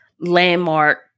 landmark